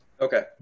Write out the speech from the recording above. Okay